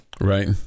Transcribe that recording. Right